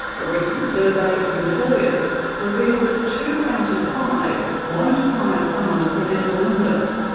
a recent survey of employers revealed that two out of five won't hire someone with a mental illness.